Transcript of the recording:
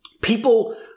people